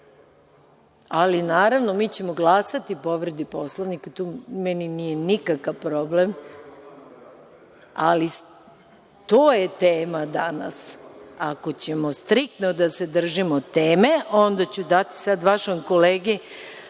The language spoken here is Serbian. naravno mi ćemo glasati o povredi Poslovnika. Tu meni nije nikakav problem, ali to je tema danas. Ako ćemo striktno da se držimo teme, onda ću dati sada vašem kolegi